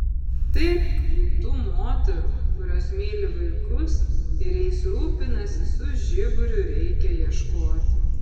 taip kad tų moterų kurios myli vaikus ir jais rūpinasi su žiburiu reikia ieškoti